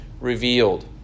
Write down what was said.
revealed